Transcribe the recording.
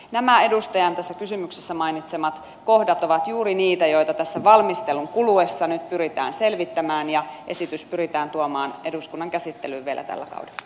nämä edustajan tässä kysymyksessä mainitsemat kohdat ovat juuri niitä joita tässä valmistelun kuluessa nyt pyritään selvittämään ja esitys pyritään tuomaan eduskunnan käsittelyyn vielä tällä kaudella